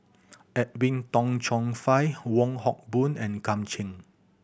Edwin Tong Chun Fai Wong Hock Boon and Kam Ning